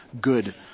good